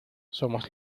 somos